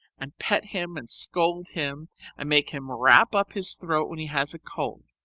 and pet him and scold him and make him wrap up his throat when he has a cold.